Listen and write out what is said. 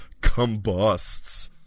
combusts